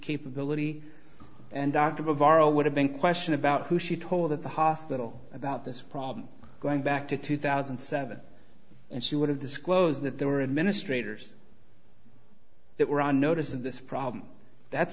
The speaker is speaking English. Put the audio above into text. capability and dr viral would have been question about who she told at the hospital about this problem going back to two thousand and seven and she would have disclosed that there were administrator that were on notice of this problem that's